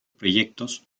proyectos